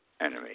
enemy